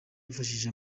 bifashishije